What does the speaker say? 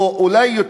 אולי,